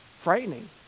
Frightening